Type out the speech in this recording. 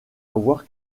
avoir